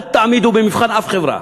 אל תעמידו במבחן אף חברה.